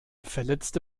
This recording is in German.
verletzte